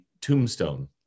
tombstone